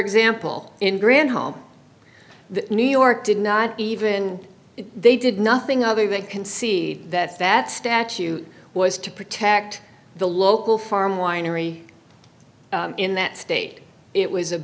example in grant home the new york did not even if they did nothing other they can see that that statue was to protect the local farm winery in that state it was a